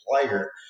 player